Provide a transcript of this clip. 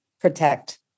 protect